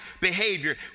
behavior